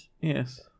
Yes